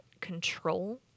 control